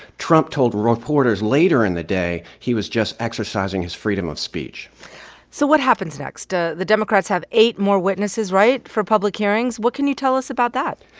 trump told reporters later in the day he was just exercising his freedom of speech so what happens next? the democrats have eight more witnesses right? for public hearings. what can you tell us about that?